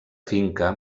finca